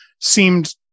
seemed